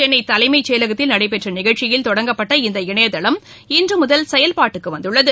சென்னை தலைமைச் செயலத்தில் நடைபெற்ற நிகழ்ச்சியில் தொடங்கப்பட்ட இந்த இணையதளம் இன்றுமுதல் செயல்பாட்டுக்கு வந்துள்ளது